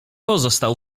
pozostał